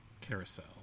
Carousel